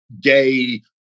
gay